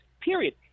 period